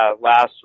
last